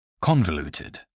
Convoluted